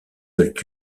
veulent